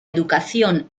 educación